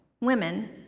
women